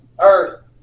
earth